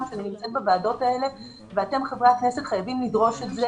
כשאני נמצאת בוועדות האלה - ואתם חברי הכנסת חייבים לדרוש את זה